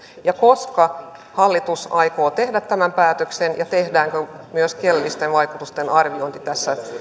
ja koska hallitus aikoo tehdä tämän päätöksen ja tehdäänkö myös kielellisten vaikutusten arviointi tässä